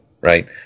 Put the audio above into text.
right